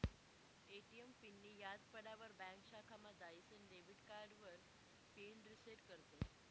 ATM पिननीं याद पडावर ब्यांक शाखामा जाईसन डेबिट कार्डावर पिन रिसेट करतस